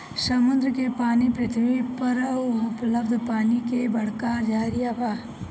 समुंदर के पानी पृथ्वी पर उपलब्ध पानी के बड़का जरिया बा